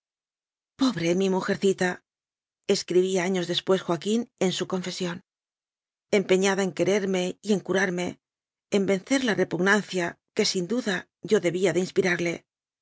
pobre mi mujercita escribía años después joaquín en su confesiónempeñada en quererme y en curarme en vencer la repugnancia que sin duda yo debía de